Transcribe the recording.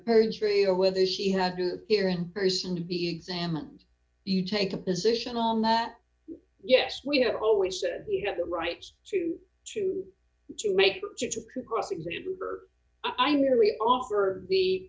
perjury or whether she had to hear in person to be examined you take a position on that yes we have always said you have the right to choose to make cross examine i merely offer the